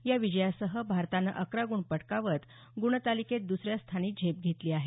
या विजयासह भारतानं अकरा गुण पटकावत गुणतालिकेत दुसऱ्या स्थानी झेप घेतली आहे